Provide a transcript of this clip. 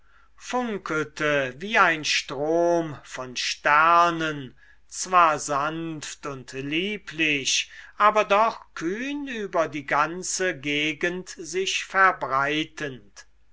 funkelte wie ein strom von sternen zwar sanft und lieblich aber doch kühn über die ganze gegend sich verbreitend